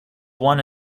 one